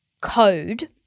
code